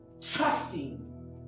trusting